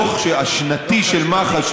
הדוח השנתי של מח"ש,